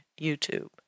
YouTube